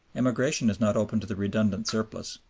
emigration is not open to the redundant surplus.